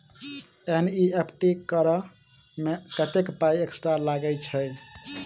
NEFT करऽ मे कत्तेक पाई एक्स्ट्रा लागई छई?